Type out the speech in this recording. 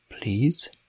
Please